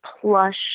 plush